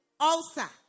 ulcer